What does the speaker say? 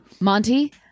Monty